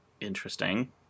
Interesting